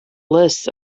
lists